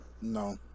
No